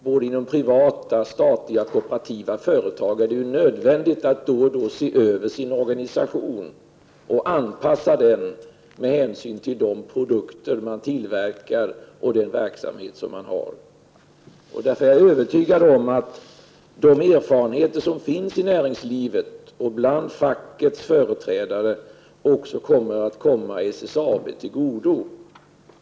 Inom både privata, statliga och kooperativa företag är det ju nödvändigt att då och då se över organisationen och anpassa den med hänsyn till de produkter man tillverkar och den verksamhet man har. Därför är jag övertygad om att de erfarenheter som finns i näringslivet och bland fackets företrädare också skall komma SSAB till godo.